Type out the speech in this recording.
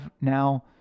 now